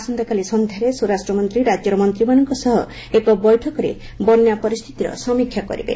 ଆସନ୍ତାକାଲି ସନ୍ଧ୍ୟାରେ ସ୍ୱରାଷ୍ଟ୍ର ମନ୍ତ୍ରୀ ରାଜ୍ୟର ମନ୍ତ୍ରୀମାନଙ୍କ ସହ ଏକ ବୈଠକରେ ବନ୍ୟା ପରିସ୍ଥିତିର ସମୀକ୍ଷା କରିବେ